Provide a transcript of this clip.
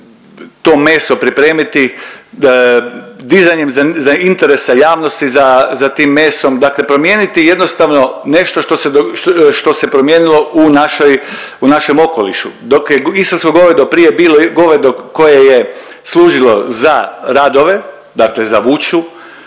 to meso pripremiti, dizanjem interesa javnosti za tim mesom dakle, promijeniti jednostavno nešto što se promijenilo u našem okolišu. Dok je istarsko govedo prije bilo govedo koje je služilo za radove dakle za vuču,